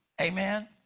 Amen